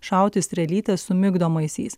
šauti strėlytę su migdomaisiais